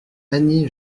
annie